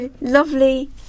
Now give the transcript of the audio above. lovely